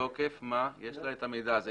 מתוקף מה יש לה את המידע הזה?